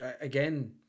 Again